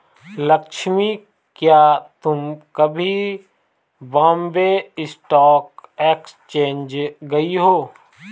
लक्ष्मी, क्या तुम कभी बॉम्बे स्टॉक एक्सचेंज गई हो?